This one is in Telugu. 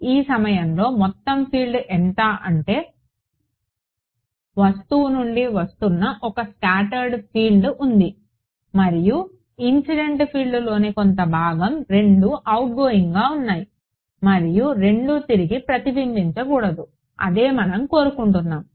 ఈ సమయంలో మొత్తం ఫీల్డ్ ఎంత అంటే వస్తువు నుండి వస్తున్న ఒక స్కాటర్డ్ ఫీల్డ్ ఉంది మరియు ఇన్సిడెంట్ ఫీల్డ్లోని కొంత భాగం రెండూ అవుట్గోయింగ్గా ఉన్నాయి మరియు రెండూ తిరిగి ప్రతిబింబించకూడదు అదే మనం కోరుకుంటున్నాము